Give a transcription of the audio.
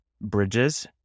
bridges